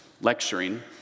lecturing